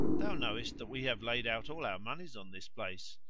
thou knowest that we have laid out all our monies on this place.